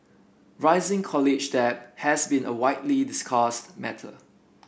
rising college debt has been a widely discussed matter